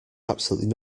absolutely